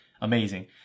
amazing